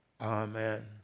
Amen